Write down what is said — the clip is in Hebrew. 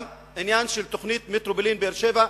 גם עניין של תוכנית מטרופולין באר-שבע,